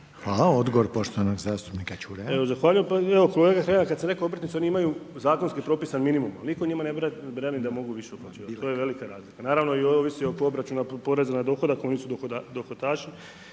Stjepan (HNS)** Evo zahvaljujem. Kolega Hrelja, kad sam rekao obrtnici, oni imaju zakonski propisan minimum, nitko njima ne brani da mogu više uplaćivat, to je velika razlika. Naravno ovisi o obračunu poreza na dohodak, oni su dohodaši,